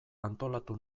antolatu